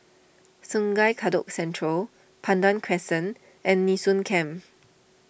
Sungei Kadut Central Pandan Crescent and Nee Soon Camp